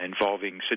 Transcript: involving